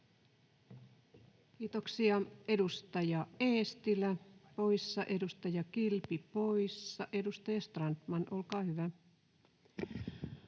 Kiitoksia. — Edustaja Eestilä poissa. Edustaja Kilpi poissa. — Edustaja Strandman, olkaa hyvä.